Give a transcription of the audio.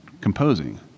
composing